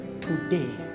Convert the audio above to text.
today